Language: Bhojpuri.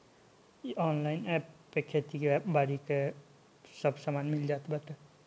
इ ऑनलाइन एप पे खेती बारी के सब सामान मिल जात बाटे